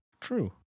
True